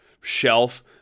shelf